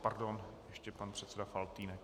Pardon, ještě pan předseda Faltýnek.